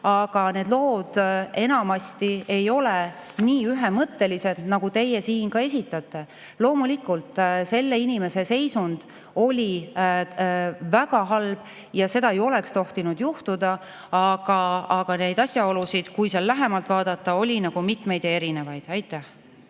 Need lood enamasti ei ole nii ühemõttelised, nagu teie siin ka esitate. Loomulikult, selle inimese seisund oli väga halb ja seda ei oleks tohtinud juhtuda, aga asjaolusid, kui kõike lähemalt vaadata, oli seal mitmeid ja erinevaid. Hea